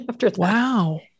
Wow